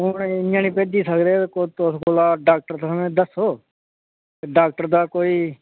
हून इ'यां नी भेजी सकदे तुस कोल डॉक्टर दी दस्सो ते डाक्टर दा कोई